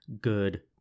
good